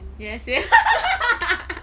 ya sia